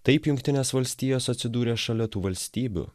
taip jungtinės valstijos atsidūrė šalia tų valstybių